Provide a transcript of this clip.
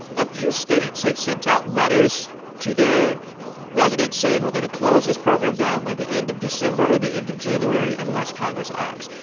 a few states have sent out letters to their residents saying, we're going to close this program down by the end of december or the end of january unless congress acts.